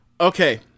okay